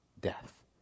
death